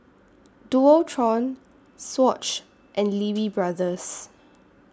Dualtron Swatch and Lee Wee Brothers